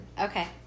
Okay